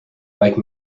like